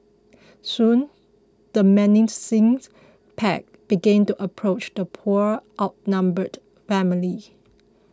soon the menacing pack began to approach the poor outnumbered family